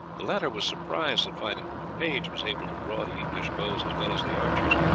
the latter was surprised at finding that the page was able to draw the english bows as well as the archers,